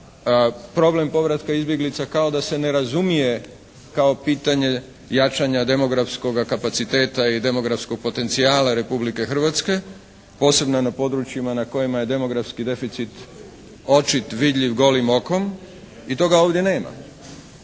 Problem povratka izbjeglica kao da se ne razumije kao pitanje jačanja demografskoga kapaciteta i demografskoga potencijala Republike Hrvatske, posebno na područjima na kojima je demografski deficit očit, vidljiv golim okom. I toga ovdje nema.